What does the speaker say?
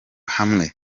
hamwe